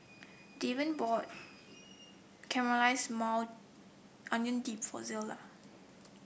Davian bought Caramelized Maui Onion Dip for Zelia